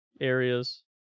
areas